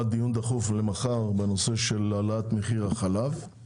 לקבוע דיון דחוף למחר בנושא של עליית מחיר החלב.